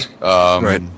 Right